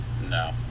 No